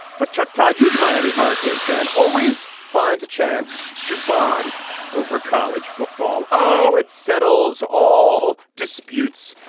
but chuck todd, euge miami hurricanes fan, always finds a chance to bond over college football. oh, it settles all disputes.